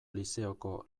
lizeoko